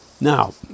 Now